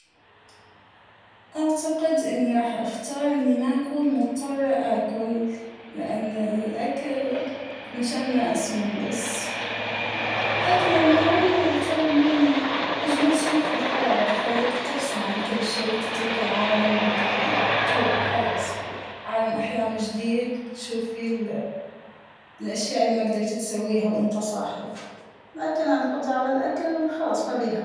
أعتقد إنى راح أختار إنى ما أكون مضطرة أكل ، لأن الأكل نشان ما اسمن بس، لكن النوم ترى النوم أجمل شى فى الحياة ، تخليك تفصل عن كل شى تترك العالم باللى فى وتروح خلاص، عالم أحلام جديد بتشوف فيه ال الأشياء اللى ما قدرت تسويها وانت صاحى ، لكن القدرة على الأكل خلاص ما أبيها.